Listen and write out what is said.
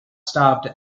stopped